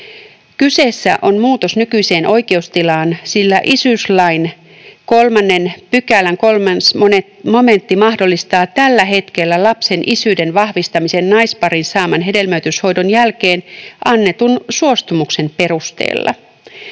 ”Kyseessä on muutos nykyiseen oikeustilaan, sillä isyyslain 3 §:n 3 momentti mahdollistaa tällä hetkellä lapsen isyyden vahvistamisen naisparin saaman hedelmöityshoidon jälkeen annetun suostumuksen perusteella.